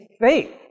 faith